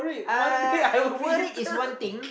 uh worried is one thing